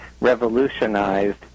revolutionized